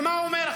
ומה הוא אומר?